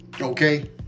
Okay